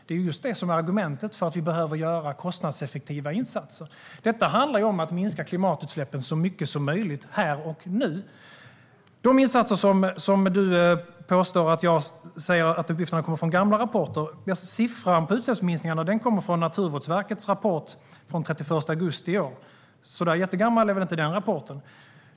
Det är just det som är argumentet för att vi behöver göra kostnadseffektiva insatser. Detta handlar om att minska klimatutsläppen så mycket som möjligt här och nu. Du påstår, Matilda Ernkrans, att mina uppgifter om insatserna kommer från gamla rapporter, men siffran över utsläppsminskningarna kommer från Naturvårdsverkets rapport från den 31 augusti i år. Så den rapporten är väl inte jättegammal.